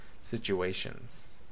situations